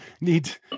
need